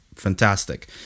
Fantastic